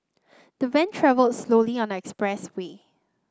the van travelled slowly on the expressway